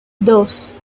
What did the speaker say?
dos